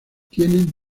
tienen